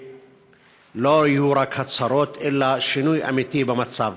שלא יהיו רק הצהרות אלא שינוי אמיתי במצב.